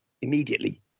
immediately